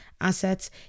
assets